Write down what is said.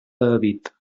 david